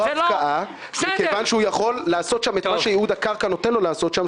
כאן נמצא הוותמ"ל של טייבה,